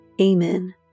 Amen